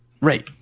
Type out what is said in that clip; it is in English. Right